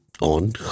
on